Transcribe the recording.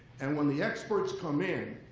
and when the experts come in,